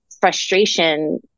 frustration